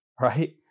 right